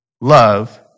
love